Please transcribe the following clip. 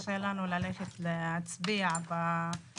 שקשה לנו מאוד ללכת להצביע בכפרים.